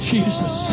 Jesus